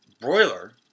broiler